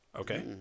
Okay